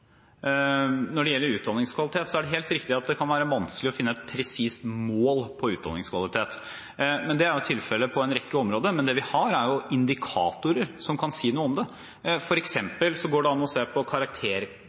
Når det gjelder utdanningskvalitet, er det helt riktig at det kan være vanskelig å finne et presist mål på det. Men det er jo tilfellet på en rekke områder. Det vi imidlertid har, er indikatorer som kan si noe om det. For eksempel går det an å se på